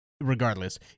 regardless